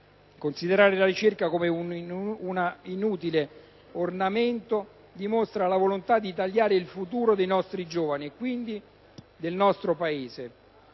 Considerare la ricerca come un utile ornamento dimostra la volonta di tagliare il futuro dei nostri giovani e quindi del Paese